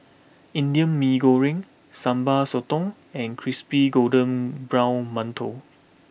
Indian Mee Goreng Sambal Sotong and Crispy Golden Brown Mantou